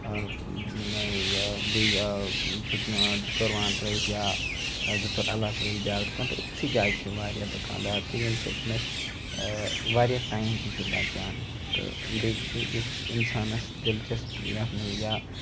بیٚیہِ زٕ ژور وان ترٲوِتھ یا زٕ ژور علاقہٕ ترٲوِتھ بیاکھ دُکان تہٕ أکسی جایہِ چھِ واریاہ دُکان دار تہٕ ییٚمہِ سۭتۍ أسۍ واریاہ ٹایم تہِ چھُ بَچان تہٕ بیٚیہِ چھُ یُس اِنسانَس دِلچَسپی یَتھ منٛز یا